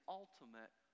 ultimate